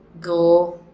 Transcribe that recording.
go